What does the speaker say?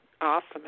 awesome